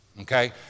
Okay